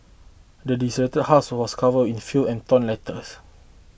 the desolated house was covered in the filth and torn letters